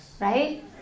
right